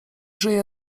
żyje